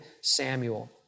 Samuel